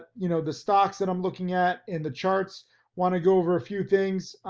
you know, the stocks that i'm looking at in the charts wanna go over a few things,